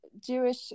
Jewish